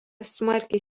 smarkiai